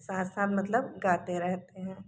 साथ साथ मतलब गाते रहते हैं